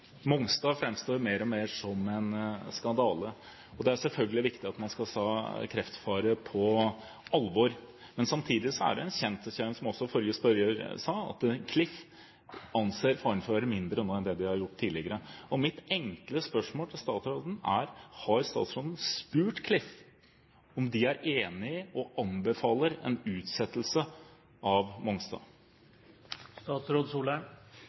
Mongstad framstår mer og mer som en skandale. Det er selvfølgelig viktig at man skal ta kreftfare på alvor. Samtidig er det en kjensgjerning, som også forrige spørrer sa, at Klif anser faren for å være mindre nå enn det de har gjort tidligere. Mitt enkle spørsmål til statsråden er: Har statsråden spurt Klif om de er enig i og anbefaler en utsettelse av